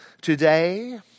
Today